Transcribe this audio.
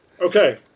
Okay